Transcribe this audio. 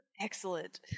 Excellent